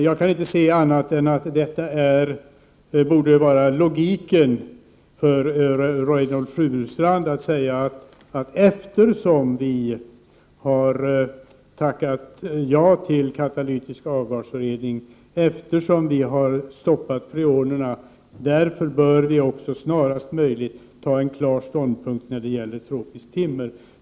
Jag kan inte se annat än att det borde vara logiskt för Reynoldh Furustrand att säga, att eftersom vi har tackat ja till katalytisk avgasrening, eftersom vi har stoppat freoner, bör vi också snarast möjligt inta en klar ståndpunkt när det gäller tropiskt timmer.